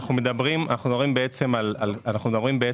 אנחנו מדברים בעצם על שכר